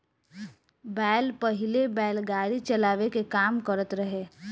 बैल पहिले बैलगाड़ी चलावे के काम करत रहे